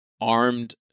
armed